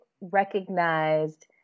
recognized